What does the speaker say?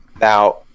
Now